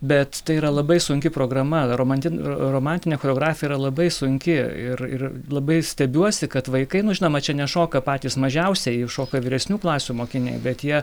bet tai yra labai sunki programa romantin romantinė choreografija yra labai sunki ir ir labai stebiuosi kad vaikai nu žinoma čia nešoka patys mažiausieji šoka vyresnių klasių mokiniai bet jie